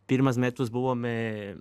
pirmus metus buvome